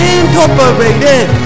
Incorporated